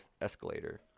escalator